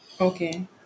Okay